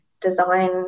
design